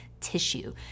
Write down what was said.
tissue